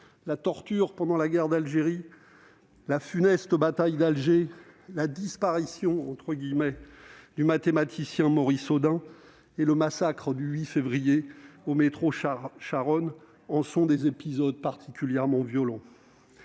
la torture pendant la guerre d'Algérie, la funeste bataille d'Alger, la « disparition » du mathématicien Maurice Audin et le massacre du 8 février 1962 au métro Charonne en furent des épisodes particulièrement violents.